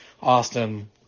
austin